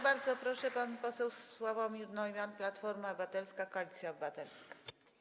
Bardzo proszę, pan poseł Sławomir Neumann, Platforma Obywatelska - Koalicja Obywatelska.